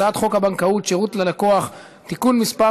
הצעת חוק הבנקאות (שירות ללקוח) (תיקון מס'